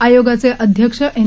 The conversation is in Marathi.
आयोगाचे अध्यक्ष एन